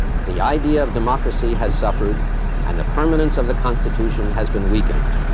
the idea of democracy has suffered and the permanence of the constitution has been weakened.